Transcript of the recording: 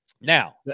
Now